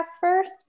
first